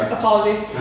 apologies